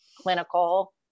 clinical